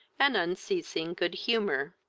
and unceasing good humour.